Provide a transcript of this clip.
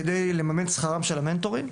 כדי לממן את שכרם של המנטורים.